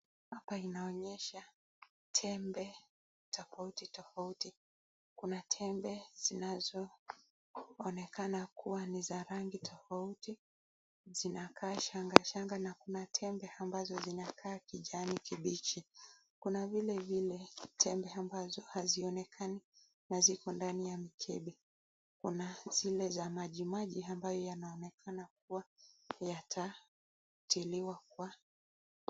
Hapa inaonyesha tembe tofauti tofauti. Kuna tembe zinazoonekana kuwa ni za rangi tofauti zinakaa shanga shanga na kuna tembe amabazo zinakaa kijani kibichi. Kuna vilevile tembe ambazo hazionekani na ziko ndani ya mkebe. Kuna zile za majimaji ambayo inaonekana kuwa yatatiliwa kwa